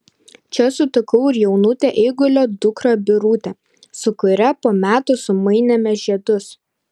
čia sutikau ir jaunutę eigulio dukrą birutę su kuria po metų sumainėme žiedus